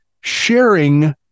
sharing